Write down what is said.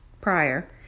prior